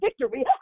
victory